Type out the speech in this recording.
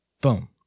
Boom